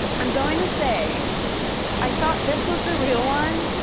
i'm going to say i thought this was the real one,